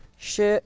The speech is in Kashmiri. شےٚ